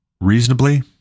reasonably